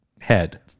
head